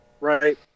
right